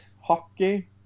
hockey